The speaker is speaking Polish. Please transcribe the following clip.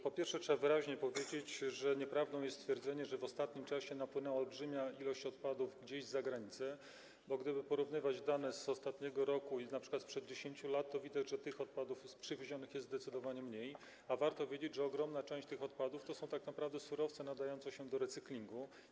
Po pierwsze, trzeba wyraźnie powiedzieć, że nieprawdą jest stwierdzenie, że w ostatnim czasie napłynęła olbrzymia ilość odpadów gdzieś z zagranicy, bo gdyby porównywać dane z ostatniego roku i np. sprzed 10 lat, to widać, że tych przywiezionych odpadów jest zdecydowanie mniej, a warto wiedzieć, że ogromna część tych odpadów to są tak naprawdę surowce nadające się do recyklingu.